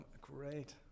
great